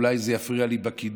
אולי זה יפריע לי בקידום,